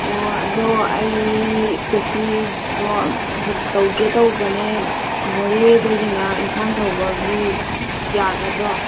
ꯑꯣ ꯑꯗꯣ ꯑꯩ ꯇꯦꯛꯁꯤꯗꯣ ꯕꯨꯛ ꯇꯧꯒꯦ ꯇꯧꯕꯅꯦ ꯃꯣꯔꯦꯗꯒꯤꯅ ꯏꯝꯐꯥꯜ ꯐꯥꯎꯕꯒꯤ ꯌꯥꯒꯗ꯭ꯔꯣ